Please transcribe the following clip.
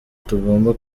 tugomba